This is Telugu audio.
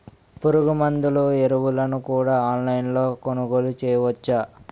పురుగుమందులు ఎరువులను కూడా ఆన్లైన్ లొ కొనుగోలు చేయవచ్చా?